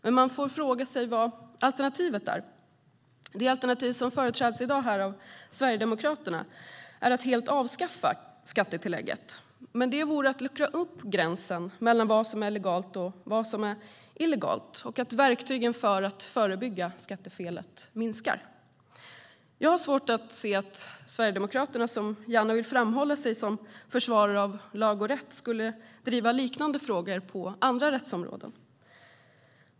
Men man får fråga sig vad alternativet är. Det alternativ som företräds av Sverigedemokraterna i dag är att helt avskaffa skattetillägget. Men det vore att luckra upp gränsen mellan vad som är legalt och vad som är illegalt och att verktygen för att förebygga skattefelet blir färre. Jag har svårt att se att Sverigedemokraterna, som gärna vill framhålla sig som försvarare av lag och rätt, skulle driva liknande frågor på andra rättsområden.